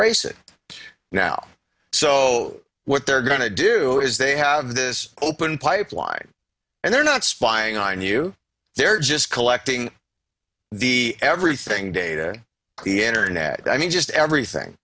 se it now so what they're going to do is they have this open pipeline and they're not spying on you they're just collecting the everything data the internet i mean just everything